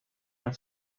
han